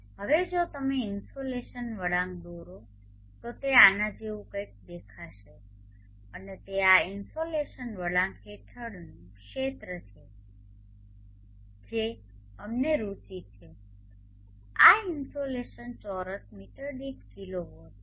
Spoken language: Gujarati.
હવે જો તમે ઇનસોલેશન વળાંક દોરો તો તે આના જેવું કંઈક દેખાશે અને તે આ ઇન્સોલેશન વળાંક હેઠળનું ક્ષેત્ર છે જે અમને રુચિ છે આ ઇનસોલેશન ચોરસ મીટર દીઠ કિલોવોટ છે